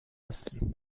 هستیم